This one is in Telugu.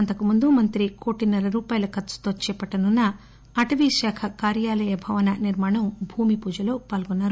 అంతకు ముందు మంత్రి కోటిన్నర రూపాయల ఖర్సుతో చేపట్లనున్న అటవీ శాఖ కార్యాలయ భవన భూమిపూజలో పాల్గొన్నారు